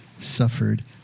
suffered